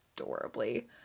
adorably